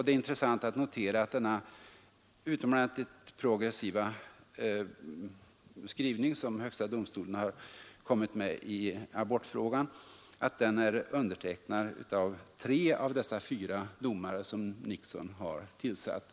Det är intressant att notera att denna progressiva skrivning, som högsta domstolen har lagt fram i abortfrågan, är undertecknad av tre av dessa fyra domare som Nixon har tillsatt.